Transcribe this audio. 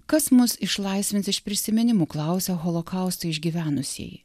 kas mus išlaisvins iš prisiminimų klausia holokaustą išgyvenusieji